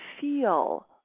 feel